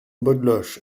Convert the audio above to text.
beaudeloche